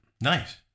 Nice